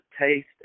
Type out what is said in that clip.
taste